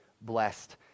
blessed